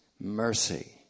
mercy